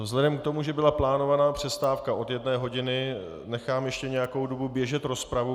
Vzhledem k tomu, že byla plánována přestávka od jedné hodiny, nechám ještě nějakou dobu běžet rozpravu.